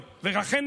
על ממשלות השמאל,